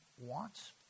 wants